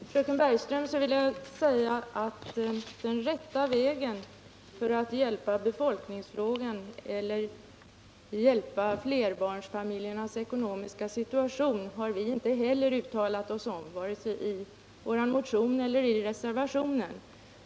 Herr talman! Till fröken Bergström vill jag säga att vad som är den rätta vägen när det gäller att hjälpa upp flerbarnfamiljernas ekonomiska situation har inte heller vi uttalat oss om vare sig i vår motion eller i reservationen på denna punkt.